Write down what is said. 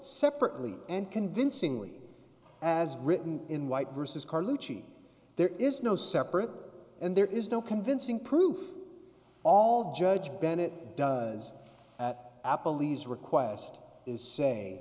separately and convincingly as written in white versus carlucci there is no separate and there is no convincing proof all judge bennett does at apple these request is say